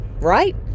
Right